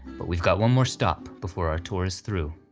but we've got one more stop before our tour is through.